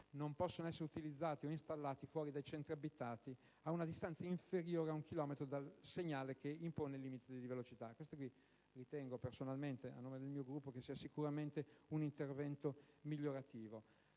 non possono essere utilizzati o installati fuori dai centri abitati ad una distanza inferiore ad un chilometro dal segnale che impone il limite di velocità. Questo, personalmente e a nome del mio Gruppo, ritengo che sia sicuramente un intervento migliorativo.